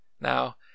Now